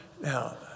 now